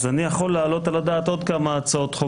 אני יכול להעלות על הדעת עוד כמה הצעות חוק